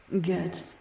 Good